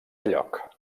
lloc